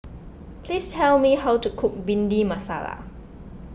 please tell me how to cook Bhindi Masala